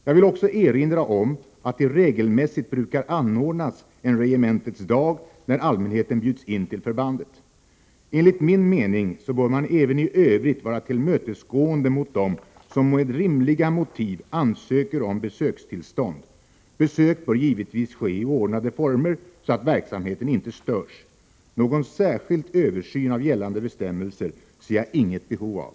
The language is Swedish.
Jag vill också erinra om att det regelmässigt brukar anordnas en ”regementets dag” när allmänheten bjuds in till förbandet. Enligt min mening bör man även i övrigt vara tillmötesgående mot dem som med rimliga motiv ansöker om besökstillstånd. Besök bör givetvis ske i ordnade former, så att verksamheten inte störs. Någon särskild översyn av gällande bestämmelser ser jag inget behov av.